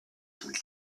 some